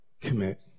commit